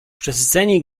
przesyceni